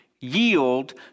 yield